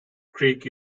creek